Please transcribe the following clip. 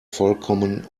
vollkommen